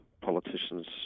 politician's